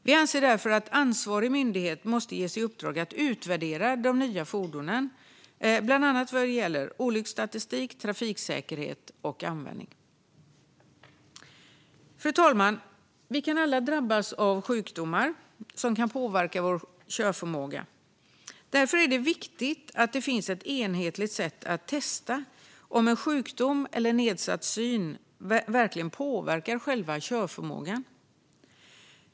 Vi anser därför att ansvarig myndighet måste ges i uppdrag att utvärdera de nya fordonen, bland annat vad gäller olycksstatistik, trafiksäkerhet och användning. Fru talman! Vi kan alla drabbas av sjukdomar som kan påverka vår körförmåga. Därför är det viktigt att det finns ett enhetligt sätt att testa om en sjukdom eller nedsatt syn verkligen påverkar själva körförmågan.